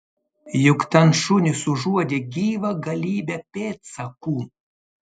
juk ten šunys užuodė gyvą galybę pėdsakų